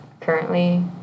currently